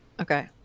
Okay